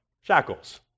shackles